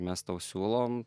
mes tau siūlom